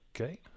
Okay